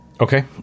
Okay